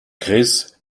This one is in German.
chris